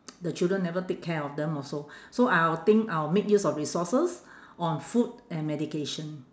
the children never take care of them also so I'll think I'll make use of resources on food and medication